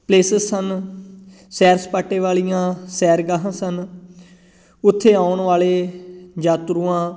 places ਸਨ ਸੈਰ ਸਪਾਟੇ ਵਾਲੀਆਂ ਸੈਰ ਗਾਹਾਂ ਸਨ ਉੱਥੇ ਆਉਣ ਵਾਲੇ ਯਾਤਰੂਆਂ